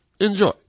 Enjoy